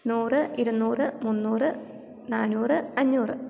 നൂറ് ഇരുനൂറ് മുന്നൂറ് നാനൂറ് അഞ്ഞൂറ്